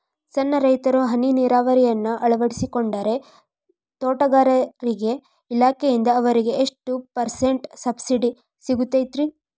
ಸಣ್ಣ ರೈತರು ಹನಿ ನೇರಾವರಿಯನ್ನ ಅಳವಡಿಸಿಕೊಂಡರೆ ತೋಟಗಾರಿಕೆ ಇಲಾಖೆಯಿಂದ ಅವರಿಗೆ ಎಷ್ಟು ಪರ್ಸೆಂಟ್ ಸಬ್ಸಿಡಿ ಸಿಗುತ್ತೈತರೇ?